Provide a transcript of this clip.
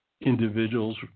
individuals